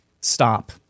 Stop